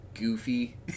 Goofy